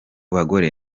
bagore